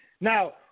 Now